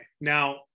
Now